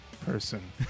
person